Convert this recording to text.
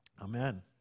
Amen